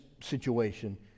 situation